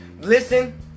listen